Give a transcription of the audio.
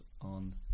on